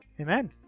amen